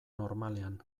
normalean